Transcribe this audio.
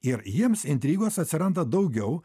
ir jiems intrigos atsiranda daugiau